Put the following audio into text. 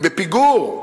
הם בפיגור,